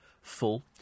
full